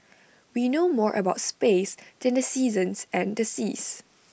we know more about space than the seasons and the seas